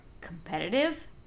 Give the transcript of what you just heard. competitive